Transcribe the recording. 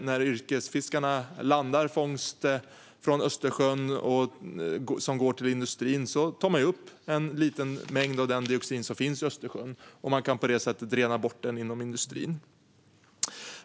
När yrkesfiskarna landar fångst från Östersjön som går till industrin tar de upp en liten mängd av det dioxin som finns i Östersjön, och på det sättet kan det renas bort inom industrin.